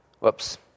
Whoops